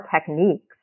techniques